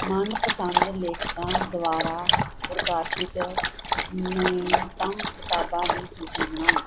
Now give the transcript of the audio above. ਮਨਪਸੰਦ ਲੇਖਕਾਂ ਦੁਆਰਾ ਪ੍ਰਕਾਸ਼ਿਤ ਨਵੀਨਤਮ ਕਿਤਾਬਾਂ ਦੀ ਸੂਚੀ ਬਣਾਓ